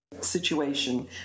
situation